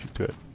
to